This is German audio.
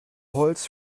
holz